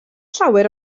llawer